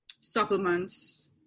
supplements